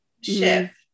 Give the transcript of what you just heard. shift